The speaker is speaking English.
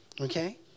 Okay